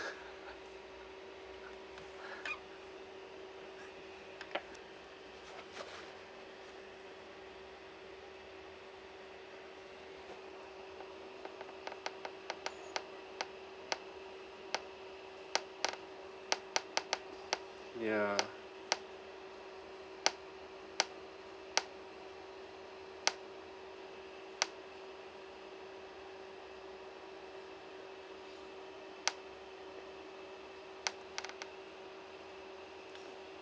ya